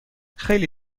خیلی